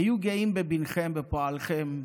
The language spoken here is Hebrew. היו גאים בבנכם, בפועלכם.